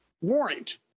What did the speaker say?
warrant